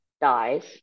dies